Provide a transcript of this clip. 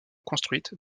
construites